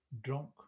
drunk